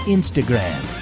Instagram